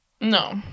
no